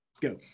Go